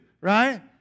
right